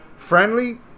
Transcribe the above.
Friendly